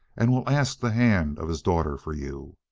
and will ask the hand of his daughter for you.